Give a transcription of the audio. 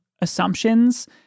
assumptions